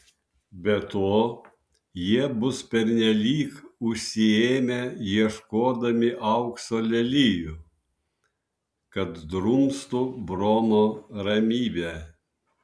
be to jie bus pernelyg užsiėmę ieškodami aukso lelijų kad drumstų bromo ramybę